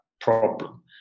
problem